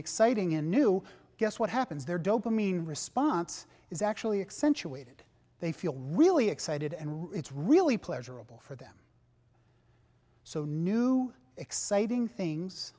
exciting and new guess what happens their job i mean response is actually accentuated they feel really excited and it's really pleasurable for them so new exciting things